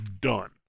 done